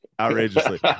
outrageously